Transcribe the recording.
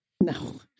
No